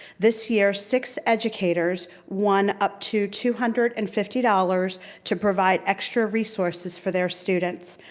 this year six educators won up to two hundred and fifty dollars to provide extra resources for their students.